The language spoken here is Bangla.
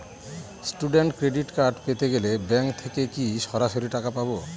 স্টুডেন্ট ক্রেডিট কার্ড পেতে গেলে ব্যাঙ্ক থেকে কি সরাসরি টাকা পাবো?